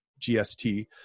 GST